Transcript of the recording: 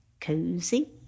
Cozy